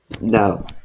No